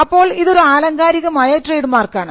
അപ്പോൾ ഇതൊരു ആലങ്കാരികമായ ട്രേഡ് മാർക്കാണ്